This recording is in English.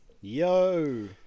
Yo